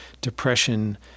depression